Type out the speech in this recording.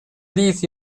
leeds